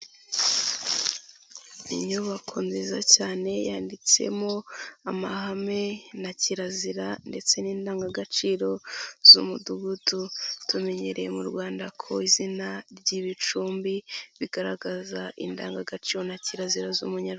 Inyubako nziza cyane yanditsemo amahame na kirazira ndetse n'indangagaciro z'umudugudu, tumenyereye mu Rwanda ko izina ry'ibicumbi bigaragaza indangagaciro na kirazira z'umunyarwanda.